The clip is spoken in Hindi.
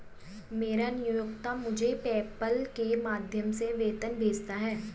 मेरा नियोक्ता मुझे पेपैल के माध्यम से वेतन भेजता है